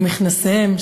או מכנסיהם,